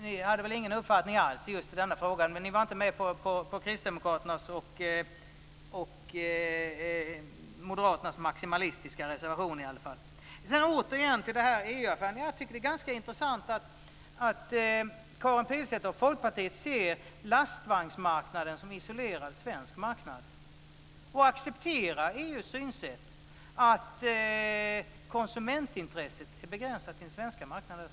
Ni hade väl ingen uppfattning alls i just den frågan - ni var i varje fall inte med på kristdemokraternas och moderaternas maximalistiska reservation. Jag återkommer till EU-frågan. Jag tycker att det är ganska intressant att Karin Pilsäter och Folkpartiet ser lastvagnsmarknaden som en isolerad svensk marknad och accepterar EU:s synsätt att konsumentintresset i detta sammanhang är begränsat till den svenska marknaden.